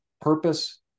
purpose